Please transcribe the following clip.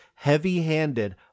heavy-handed